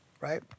right